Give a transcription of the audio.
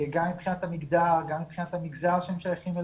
גם מבחינת המגדר, גם מבחינת המגזר אליו הם שייכים,